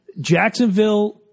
Jacksonville